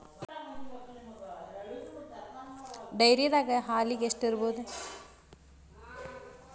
ಡೈರಿದಾಗ ಹಾಲಿಗೆ ಎಷ್ಟು ಇರ್ಬೋದ್?